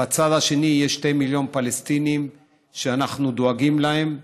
בצד השני יש שני מיליון פלסטינים שאנחנו דואגים להם.